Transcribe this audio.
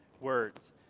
words